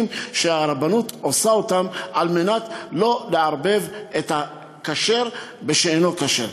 שהרבנות עושה כדי לא לערבב את הכשר בשאינו כשר.